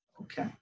Okay